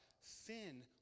sin